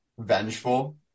vengeful